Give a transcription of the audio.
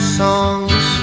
songs